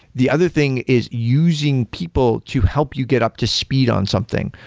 the other thing is using people to help you get up to speed on something.